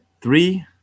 Three